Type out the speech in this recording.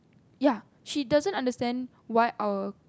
ya she doesn't understand why our